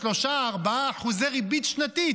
3% או 4% ריבית שנתית,